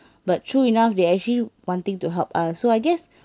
but true enough they actually wanting to help us so I guess